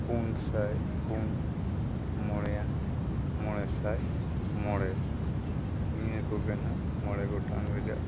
ᱯᱩᱱ ᱥᱟᱭ ᱯᱩᱱ ᱢᱚᱬᱮᱭᱟᱱ ᱢᱚᱬᱮ ᱥᱟᱭ ᱢᱚᱬᱮ ᱱᱤᱭᱟᱹ ᱠᱚᱜᱮ ᱱᱟᱦᱟᱜ ᱢᱚᱬᱮ ᱜᱚᱴᱟᱝ ᱨᱮᱭᱟᱜ